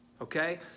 okay